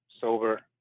sober